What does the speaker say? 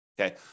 Okay